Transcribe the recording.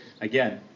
again